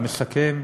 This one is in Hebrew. אני מסכם.